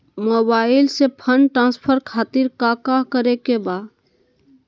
Mobile से fund transfer खातिर काका करे के बा?